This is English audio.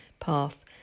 path